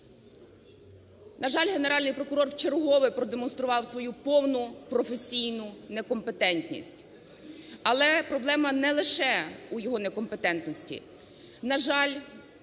На жаль, Генеральний прокурор вчергове продемонстрував свою повну професійну некомпетентність, але проблема не лише у його некомпетентності. На жаль,